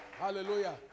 Hallelujah